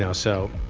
ah so